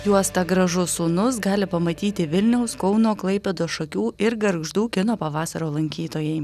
juostą gražus sūnus gali pamatyti vilniaus kauno klaipėdos šakių ir gargždų kino pavasario lankytojai